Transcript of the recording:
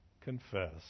confess